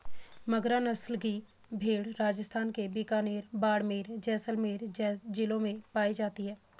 मगरा नस्ल की भेंड़ राजस्थान के बीकानेर, बाड़मेर, जैसलमेर जिलों में पाई जाती हैं